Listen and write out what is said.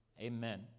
amen